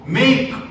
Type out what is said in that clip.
Make